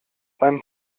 beim